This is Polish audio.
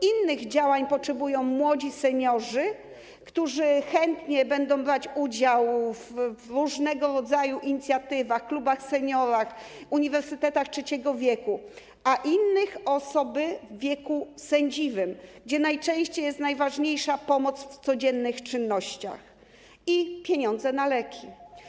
Innych działań potrzebują młodzi seniorzy, którzy chętnie biorą udział w różnego rodzaju inicjatywach, klubach seniora, uniwersytetach trzeciego wieku, a innych - osoby w wieku sędziwym, w przypadku których najczęściej najważniejsze są pomoc w codziennych czynnościach i pieniądze na leki.